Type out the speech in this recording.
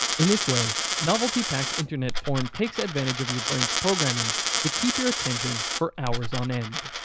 in this way, novelty packed internet porn takes advantage of your brain's programming to keep your attention for hours on end.